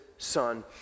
Son